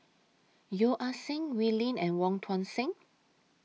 Yeo Ah Seng Wee Lin and Wong Tuang Seng